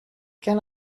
can